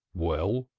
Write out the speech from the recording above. well?